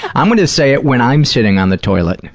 i'm going to say it when i'm sitting on the toilet.